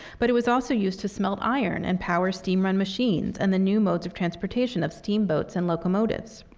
but it was also used to smelt iron and power steam-run machines and the new modes of transportation of steamboats and locomotives.